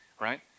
right